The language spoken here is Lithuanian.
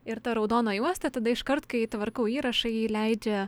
ir ta raudona juosta tada iškart kai tvarkau įrašą ji leidžia